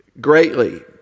greatly